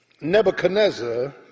Nebuchadnezzar